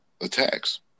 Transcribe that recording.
attacks